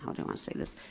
how do i say this,